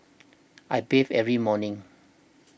I bathe every morning